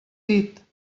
dit